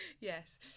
Yes